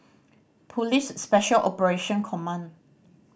Police Special Operation Command